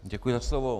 Děkuji za slovo.